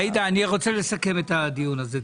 עאידה אני רוצה לסכם את הדיון הזה,